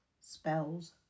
spells